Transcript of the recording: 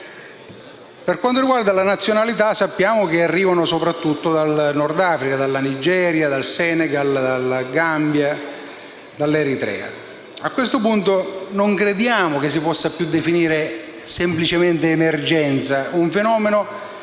Per quanto riguarda la nazionalità, sappiamo che arrivano soprattutto dal Nord Africa (Nigeria, Senegal, Gambia, Eritrea). A questo punto, non crediamo si possa più definire semplicemente emergenza un fenomeno